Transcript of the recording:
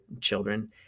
children